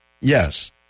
Yes